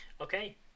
Okay